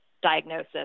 diagnosis